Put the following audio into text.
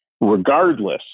Regardless